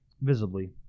visibly